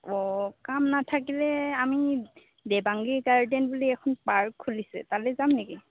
অঁ কাম নাথাকিলে আমি দেৱাংগী গাৰ্ডেন বুলি এখন পাৰ্ক খুলিছে তালৈ যাম নেকি